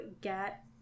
get